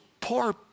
poor